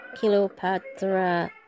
Kilopatra